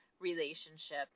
relationship